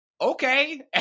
okay